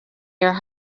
your